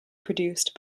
produced